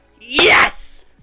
Yes